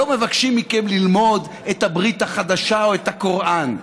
לא מבקשים מכם ללמוד את הברית החדשה או את הקוראן.